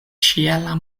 ĉiela